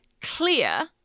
clear